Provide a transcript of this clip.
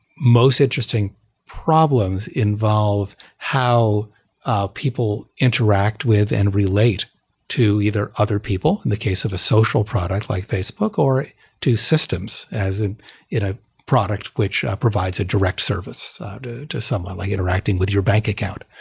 most interesting problems involve how ah people interact within and relate to either other people, the case of a social product, like facebook, or to systems as ah you know product which provides a direct service to to someone, like interacting with your bank account.